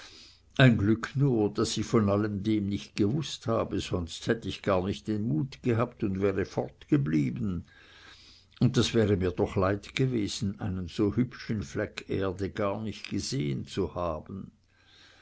ein glück nur daß ich von dem allen nicht gewußt habe sonst hätt ich gar nicht den mut gehabt und wäre fortgeblieben und das wäre mir doch leid gewesen einen so hübschen fleck erde gar nicht gesehen zu haben